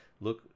Look